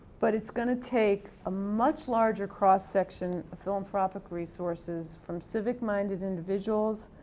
but it's gonna take a much larger cross section of philanthropic resources from civic minded individuals,